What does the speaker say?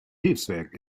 hilfswerk